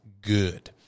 good